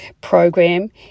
program